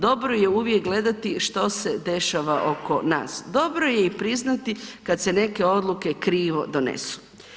Dobro je uvijek gledati što se dešava oko nas, dobro je i priznati kada se neke odluke krivo donesu.